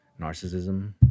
narcissism